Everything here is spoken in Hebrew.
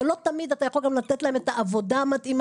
שלא תמיד אתה יכול לתת להן את העבודה המתאימה,